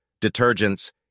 detergents